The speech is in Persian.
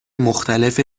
مختلف